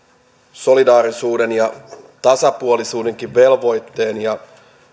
solidaarisuuden ja tasapuolisuudenkin velvoitteen ja